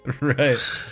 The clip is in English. right